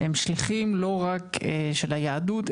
הם שליחים לא רק של היהדות,